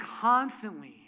constantly